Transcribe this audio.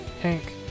Hank